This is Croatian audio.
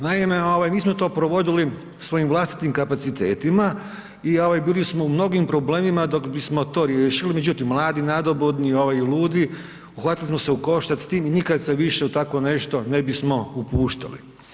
Naime mi smo to provodili svojim vlastitim kapacitetima i bili smo u mnogim problemima dok bismo to riješili, međutim mladi, nadobudni i ludi uhvatili smo se u koštac s time i nikad se više u tako nešto ne bismo upuštali.